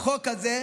החוק הזה,